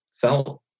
felt